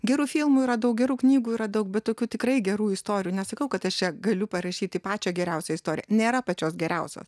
gerų filmų yra daug gerų knygų yra daug bet tokių tikrai gerų istorijų nesakau kad aš čia galiu parašyti pačią geriausią istoriją nėra pačios geriausios